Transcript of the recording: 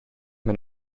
mein